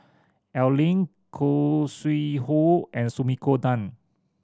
Al Lim Khoo Sui Hoe and Sumiko Tan